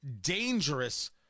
dangerous